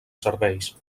serveis